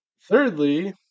thirdly